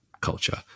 culture